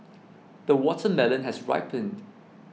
the watermelon has ripened